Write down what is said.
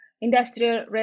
Industrial